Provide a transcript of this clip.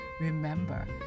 Remember